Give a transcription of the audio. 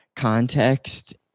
context